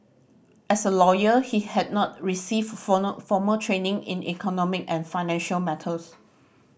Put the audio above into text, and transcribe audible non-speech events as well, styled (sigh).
as a lawyer he had not received (unintelligible) formal training in economic and financial matters